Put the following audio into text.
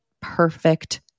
perfect